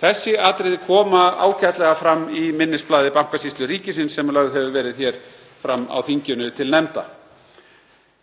Þessi atriði koma ágætlega fram í minnisblaði Bankasýslu ríkisins sem lögð hefur verið fram á þinginu til nefnda.